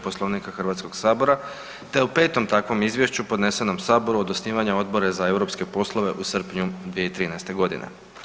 Poslovnika Hrvatskog sabora te u 5. takvom izvješću podnesenom Saboru od osnivanja Odbora za europske poslove u srpnju 2013. godine.